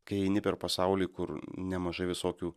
kai eini per pasaulį kur nemažai visokių